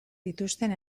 dituzten